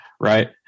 Right